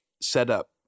setup